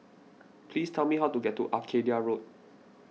please tell me how to get to Arcadia Road